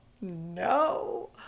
no